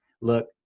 look